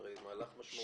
זה הרי מהלך משמעותי.